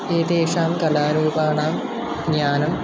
एतेषां कलारूपाणां ज्ञानं